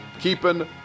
keeping